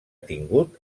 tingut